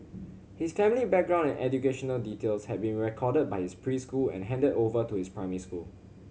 his family background and educational details had been recorded by his preschool and handed over to his primary school